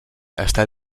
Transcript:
està